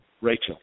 Rachel